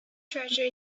treasure